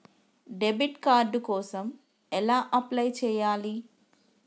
Debit card కోసం ఎలా apply చేయాలి?